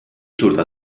turda